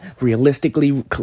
Realistically